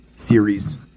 series